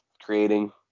creating